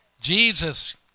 Jesus